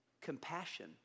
Compassion